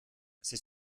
ces